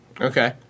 Okay